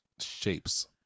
shapes